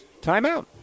timeout